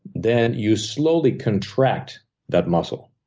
then you slowly contract that muscle.